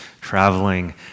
traveling